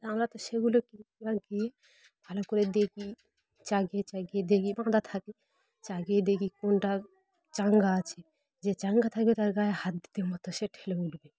আমরা তো সেগুলো ক গিয়ে ভালো করে দেখি চাগিয়ে চাগিয়ে দেখি বাঁদা থাকি চাগিয়ে দেখি কোনটা চাঙ্গা আছে যে চাঙ্গা থাকবে তার গায়ে হাত দিতে মতো সে ঠেলে উঠবে